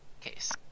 case